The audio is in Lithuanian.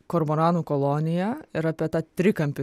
kormoranų koloniją ir apie tą trikampį